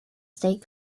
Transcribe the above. state